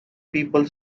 people